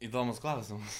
įdomus klausimas